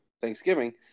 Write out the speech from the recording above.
Thanksgiving